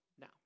now